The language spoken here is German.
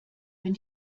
wenn